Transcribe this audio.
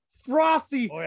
frothy